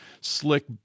slick